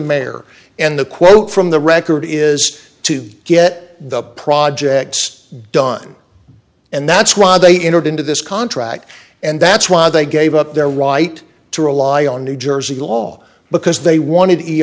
mayor and the quote from the record is to get the projects done and that's why they entered into this contract and that's why they gave up their right to rely on new jersey law because they wanted